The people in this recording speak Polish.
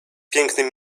pięknym